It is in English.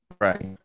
Right